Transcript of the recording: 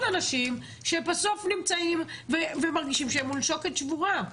אנשים שבסוף נמצאים ומרגישים שהם מול שוקת שבורה.